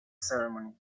ceremony